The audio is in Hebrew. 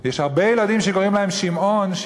יש הרבה ילדים שקוראים להם שמעון,